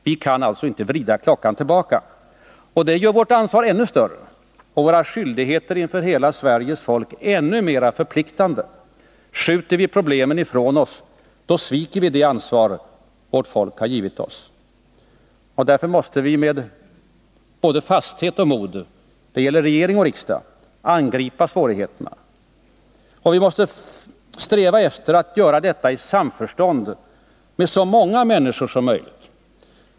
Vi kan inte vrida klockan tillbaka. Detta gör vårt ansvar ännu större och våra skyldigheter inför hela Sveriges folk ännu mera förpliktande. Skjuter vi problemen ifrån oss, sviker vi det ansvar vårt folk har givit oss. Därför måste vi med både fasthet och mod — det gäller regering och riksdag — angripa svårigheterna. Vi måste sträva efter att göra detta i samförstånd med så många människor som möjligt.